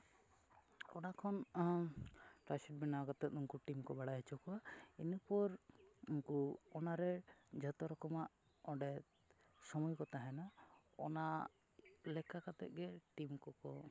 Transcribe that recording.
ᱚᱱᱟ ᱠᱷᱚᱱ ᱪᱟᱡᱽ ᱥᱤᱴ ᱵᱮᱱᱟᱣ ᱠᱟᱛᱮᱫ ᱩᱱᱠᱩ ᱠᱚ ᱵᱟᱲᱟᱭ ᱦᱚᱪᱚ ᱠᱚᱣᱟ ᱤᱱᱟᱹᱯᱚᱨ ᱩᱱᱠᱩ ᱚᱱᱟᱨᱮ ᱡᱷᱚᱛᱚ ᱨᱚᱠᱚᱢᱟᱜ ᱚᱸᱰᱮ ᱥᱚᱢᱚᱭ ᱠᱚ ᱛᱟᱦᱮᱱᱟ ᱚᱱᱟ ᱞᱮᱠᱟ ᱠᱟᱛᱮ ᱜᱮ ᱴᱤᱢ ᱠᱚᱠᱚ